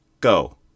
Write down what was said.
Go